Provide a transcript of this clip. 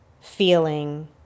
feeling